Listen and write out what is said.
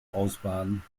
ausbaden